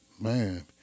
man